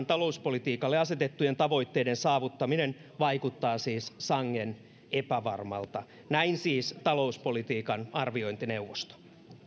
talouspolitiikalle asetettujen tavoitteiden saavuttaminen vaikuttaa siis sangen epävarmalta näin siis talouspolitiikan arviointineuvosto